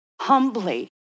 humbly